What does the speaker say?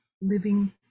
living